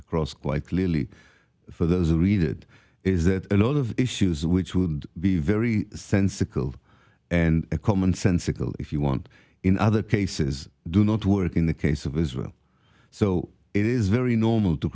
across quite clearly for those who read it is that a lot of issues which would be very sensical and commonsensical if you want in other cases do not work in the case of israel so it is very normal to